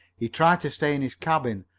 he tried to stay in his cabin,